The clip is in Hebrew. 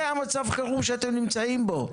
זה מצב החירום שאתם נמצאים בו.